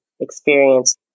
experience